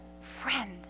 friend